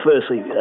firstly